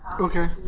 Okay